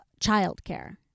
childcare